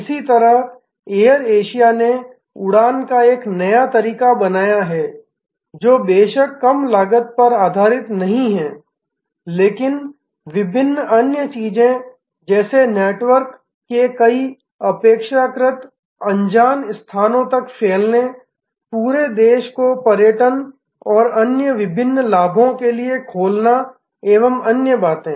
इसी तरह Air Asia ने उड़ान का एक नया तरीका बनाया है जो बेशक कम लागत पर आधारित नहीं है लेकिन विभिन्न अन्य चीजें जैसे नेटवर्क के कई अपेक्षाकृत अनजान स्थानों तक फैलने पूरे देश को पर्यटन और अन्य विभिन्न लाभों के लिए खोलना एवं अन्य बातें